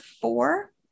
four